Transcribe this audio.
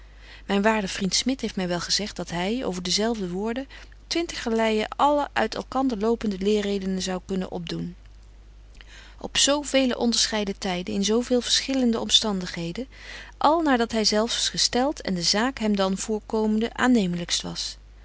myn waarde vriend smit heeft my wel gezegt dat hy over dezelfde woorden twintigerleie allen uit elkander lopende leerredenen zoude kunnen doen op zo vele onderscheiden tyden in zo veel verschillende omstandigheden al naar dat hy zelfs gestelt en de zaak hem dan voorkomende aanneemlykst was